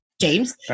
James